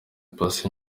paccy